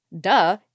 Duh